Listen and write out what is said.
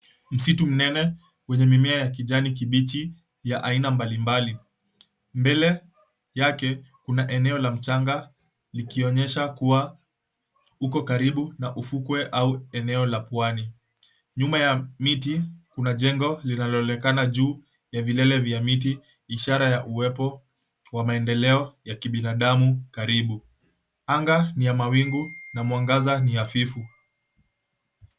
Msitu mnene wenye mimea ya kijani kibichi ya aina mbalimbali, mbele yake kuna eneo la mchanga likionyesha kuwa uko karibu na ufukwe au eneo la pwani. Nyuma ya mti kunajengo linalonekana juu ya vilele vya miti ishara ya uwepo wakimaendeleo ya binadamu karibu. Anga ni ya mawingu na mwangaza ni hafifu.